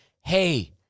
hey